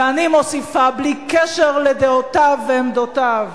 ואני מוסיפה, בלי קשר לדעותיו ועמדותיו,